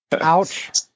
Ouch